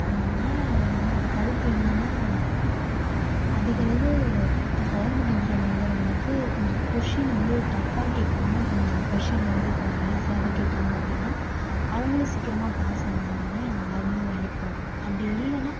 அதனால் என்னோடய கருத்து என்னன்னா அதிகளவு கவர்மெண்ட் எக்ஸாம் எழுதுகிறவங்களுக்கு கொஞ்சம் கொஷ்டின் வந்து டஃபாக கேட்காம கொஞ்சம் கொஷ்டின் வந்து கொஞ்சம் ஈசியாகவே கேட்டாங்க அப்படின்னா அவங்களும் சீக்கிரமாக பாஸ் ஆகுவாங்க அவங்க எல்லோரும் வேலைக்குப் போவாங்க அப்படி இல்லைன்னா